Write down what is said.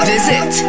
Visit